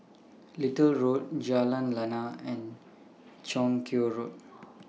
Little Road Jalan Lana and Chong Kuo Road